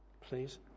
Please